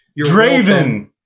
Draven